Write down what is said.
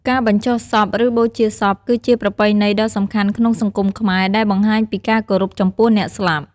ការបញ្ចុះសព ឬបូជាសព គឺជាប្រពៃណីដ៏សំខាន់ក្នុងសង្គមខ្មែរ ដែលបង្ហាញពីការគោរពចំពោះអ្នកស្លាប់។